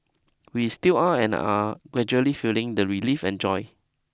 we still are and are gradually feeling the relief and joy